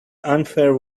unfair